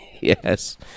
yes